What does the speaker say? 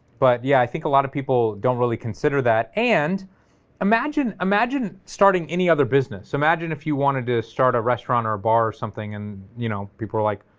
but yeah i think a lot of people don't really consider that, and and imagine imagine starting any other business, imagine if you wanted to start a restaurant or a bar or something, and you know people are like,